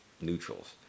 neutrals